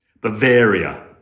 Bavaria